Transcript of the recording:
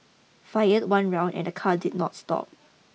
fired it one round and the car did not stop